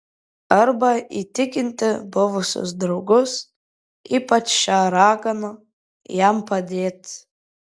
arba įtikinti buvusius draugus ypač šią raganą jam padėti